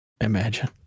Imagine